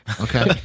Okay